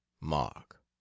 Mark